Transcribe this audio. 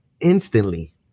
instantly